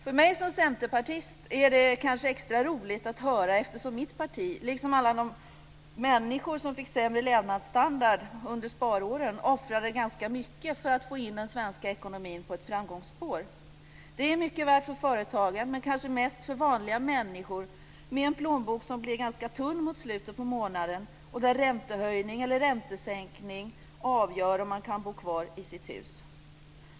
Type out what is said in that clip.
För mig som centerpartist är det här kanske extra roligt att höra eftersom mitt parti, liksom alla de människor som fick sämre levnadsstandard under sparåren, offrade ganska mycket för att få in den svenska ekonomin på ett framgångsspår. Det är mycket värt för företagen, men kanske mest för vanliga människor med en plånbok som blir ganska tunn mot slutet av månaden och för vilka räntehöjning eller räntesänkning avgör om man kan bo kvar i sitt hus.